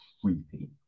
creepy